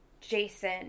Jason